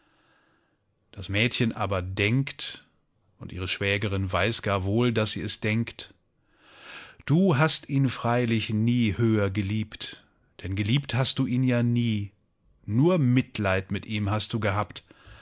das mädchen aber denkt und ihre schwägerin weiß gar wohl daß sie es denkt du hast ihn freilich nie höher geliebt denn geliebt hast du ihn ja nie nur mitleid mit ihm hast du gehabt